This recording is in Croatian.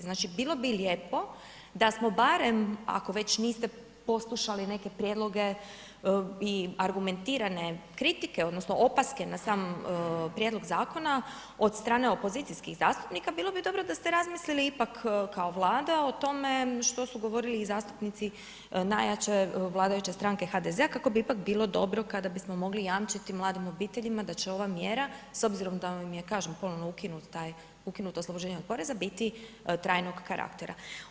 Znači bilo bi lijepo da smo barem ako već niste poslušali neke prijedloge i argumentirane kritike, odnosno opaske na sami prijedlog zakona od strane opozicijskih zastupnika bilo bi dobro da ste razmislili ipak kao Vlada o tome što su govorili i zastupnici najjače vladajuće stranke HDZ-a kako bi ipak bilo dobro kada bismo mogli jamčiti mladim obiteljima da će ova mjera s obzirom da vam je, kažem, ponovno ukinut taj, ukinuto oslobođenje od poreza biti trajnog karaktera.